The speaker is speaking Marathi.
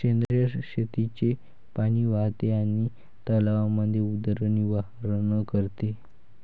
सेंद्रिय शेतीचे पाणी वाहते आणि तलावांमध्ये उदरनिर्वाह करते